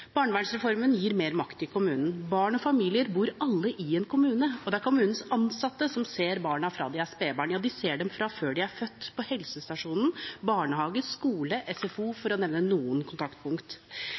Barnevernsreformen gir mer makt til kommunen. Barn og familier bor alle i en kommune, og kommunens ansatte ser barna fra de er spedbarn, de ser dem fra før de er født – på helsestasjonen, i barnehagen, i skolen og i SFO,